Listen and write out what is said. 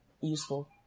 useful